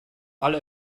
alle